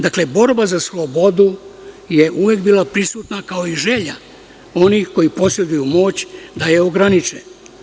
Dakle, borba za slobodu je uvek bila prisutna kao i želja onih koji poseduju moć da je ograniče.